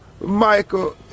Michael